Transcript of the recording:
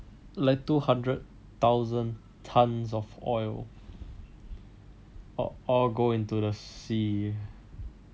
like two hundred thousands tons of oil all all go into the sea